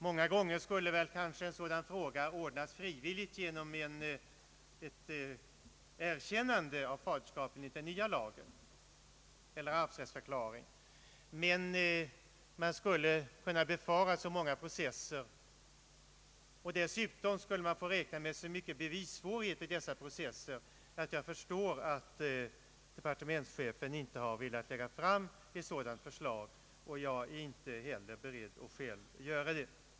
Många gånger skulle väl en sådan fråga ordnas frivilligt genom ett erkännande av faderskapet enligt den nya lagen, men det kan befaras att det blev många processer, och dessutom skulle man få räkna med så stora bevissvårigheter i dessa processer att jag förstår att departementschefen inte velat lägga fram ett sådant förslag. Jag är heller inte beredd att göra det.